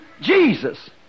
Jesus